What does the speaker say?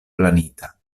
planita